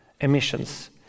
emissions